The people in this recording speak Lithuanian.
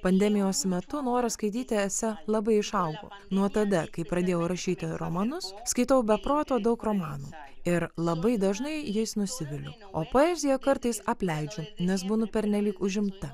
pandemijos metu noras skaityti esė labai išaugo nuo tada kai pradėjau rašyti romanus skaitau be proto daug romanų ir labai dažnai jais nusiviliu o poeziją kartais apleidžiu nes būnu pernelyg užimta